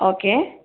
okay